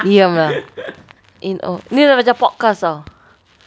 diam lah eh orh ni dah macam podcast [tau]